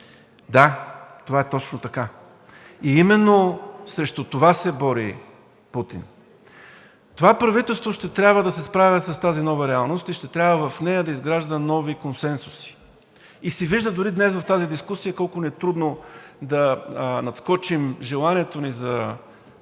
Да, това е точно така. Именно срещу това се бори Путин. Това правителство ще трябва да се справя с тази нова реалност и ще трябва в нея да изгражда нови консенсуси. И дори днес в тази дискусия се вижда колко ни е трудно да надскочим желанието си за конюнктурни